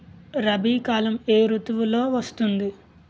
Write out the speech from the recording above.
రబీ కాలం ఏ ఋతువులో వస్తుంది?